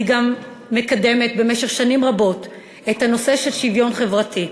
גם אני מקדמת במשך שנים רבות את הנושא של שוויון חברתי,